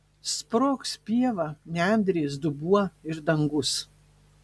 sprogs pieva nendrės dubuo ir dangus